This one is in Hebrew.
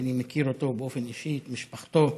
שאני מכיר אותו באופן אישי, את משפחתו,